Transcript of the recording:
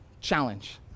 challenge